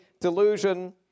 delusion